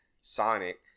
Sonic